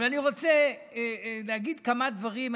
אבל אני רוצה להגיד כמה דברים,